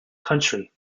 country